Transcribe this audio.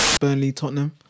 Burnley-Tottenham